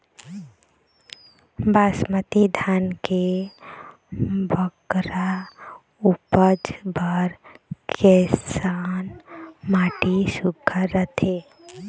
बासमती धान के बगरा उपज बर कैसन माटी सुघ्घर रथे?